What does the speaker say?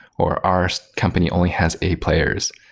or our company only has a players.